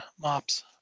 mops